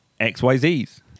XYZ's